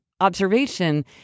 observation